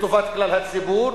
לטובת כלל הציבור,